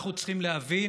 אנחנו צריכים להבין